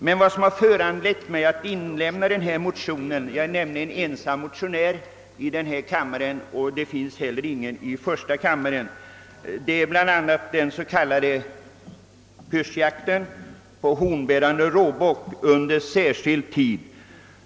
Det som har föranlett mig att avge denna motion — jag är nämligen ensam motionär i denna kammare, och det finns heller ingen som motionerat i frågan i första kammaren är bl.a. den s.k. pyrschjakten på hornbärande råbock under särskild tid.